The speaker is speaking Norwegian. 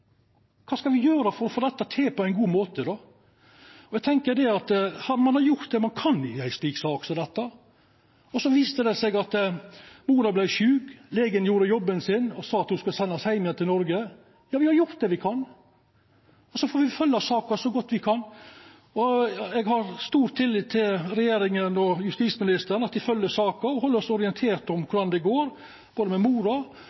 Kva skal me gjera for å få dette til på ein god måte då? Eg tenkjer at ein har gjort det ein kan, i ei slik sak som dette. Det viste seg at mora vart sjuk, legen gjorde jobben sin og sa at ho skulle sendast heim igjen til Noreg. Ja, me har gjort det me kan, og så får me følgja saka som godt me kan. Eg har stor tillit til regjeringa og justisministeren, at dei følgjer saka og held oss orienterte om korleis det går både med mora